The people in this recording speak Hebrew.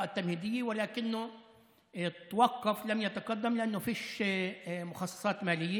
אבל נעצר ולא התקדם מאחר שלא הוקצה לו תקציב.